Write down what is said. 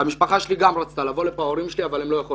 ההורים שלי גם רצו לבוא לכאן אבל הם אינם יכולים.